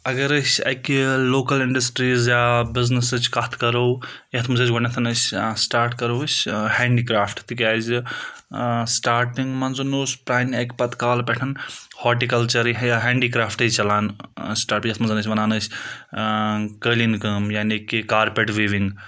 اگر أسۍ اَکہِ لوکَل اِنڈسٹریٖز یا بِزنِسٕچ کَتھ کَرو یَتھ منٛز أسۍ گۄڈنؠتھ أسۍ سٔٹاٹ کرو أسۍ ہینٛڈی کرافٹہٕ تِکیازِ سٹاٹِنٛگ منٛز اوس پرانہِ اَکہِ پَتہٕ کالہٕ پؠٹھ ہاٹِکَلچَرٕے یا ہینٛڈی کرٛافٹٕے چَلان سٹاٹ یَتھ منٛز أسۍ وَنان أسۍ قٲلیٖن کٲم یعنے کہِ کارپیٹ وِوِنٛگ